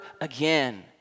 again